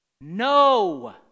No